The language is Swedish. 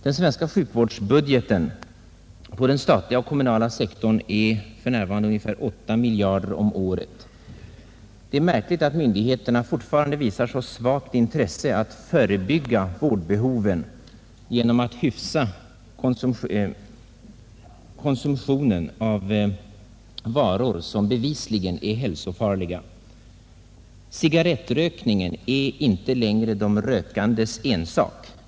Den svenska sjukvårdsbudgeten för den statliga och den kommunala sektorn uppgår för närvarande till ungefär 8 miljarder om året. Det är märkligt att myndigheterna fortfarande visar så svagt intresse att förebygga vårdbehoven genom att hyfsa konsumtionen av varor, som bevisligen är hälsofarliga. Cigarrettrökningen är inte längre de rökandes ensak.